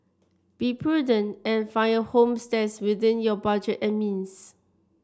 be prudent and find a home that's within your budget and means